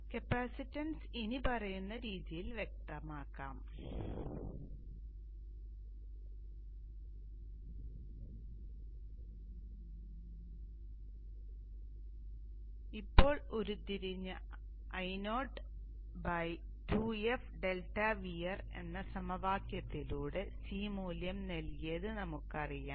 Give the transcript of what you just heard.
അതിനാൽ കപ്പാസിറ്റൻസ് ഇനിപ്പറയുന്ന രീതിയിൽ വ്യക്തമാക്കാം നമ്മൾ ഇപ്പോൾ ഉരുത്തിരിഞ്ഞ Io 2f∆Vr എന്ന സമവാക്യത്തിലൂടെ C മൂല്യം നൽകിയത് നമുക്കറിയാം